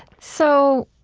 so,